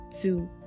two